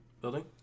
building